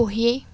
পঢ়িয়েই